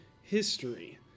history